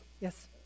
Yes